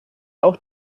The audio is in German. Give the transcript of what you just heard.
auch